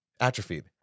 Atrophied